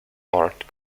art